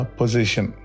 position